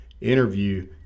interview